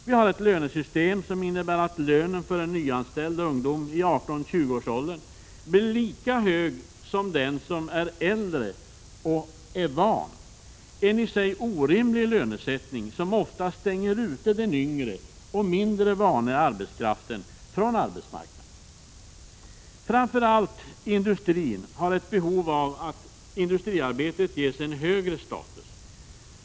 Vi har ett lönesystem som innebär att lönen för en nyanställd ungdom i 18—20-årsåldern blir lika hög som lönen för äldre och van arbetskraft. Det är en i sig orimlig lönesättning som ofta stänger ute den yngre och mindre vana arbetskraften från arbetsmarknaden. Framför allt industrin har ett behov av att industriarbetet ges en högre status.